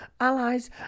allies